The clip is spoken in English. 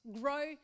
grow